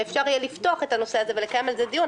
אפשר יהיה לפתוח את הנושא הזה ולקיים עליו דיון,